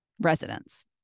residents